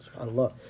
SubhanAllah